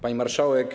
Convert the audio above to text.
Pani Marszałek!